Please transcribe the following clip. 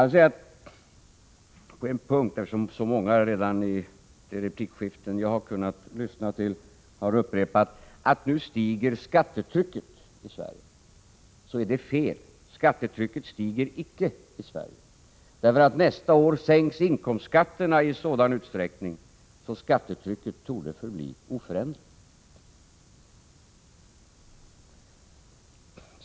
Eftersom så många i de replikskiften jag har kunnat lyssna till har upprepat påståendet att skattetrycket i Sverige nu stiger, vill jag påpeka att detta är fel. Skattetrycket stiger inte i Sverige. Nästa år sänks inkomstskatterna i sådan utsträckning att skattetrycket torde förbli oförändrat.